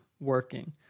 working